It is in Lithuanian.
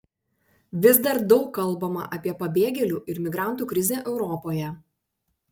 vis dar daug kalbama apie pabėgėlių ir migrantų krizę europoje